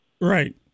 Right